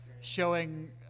showing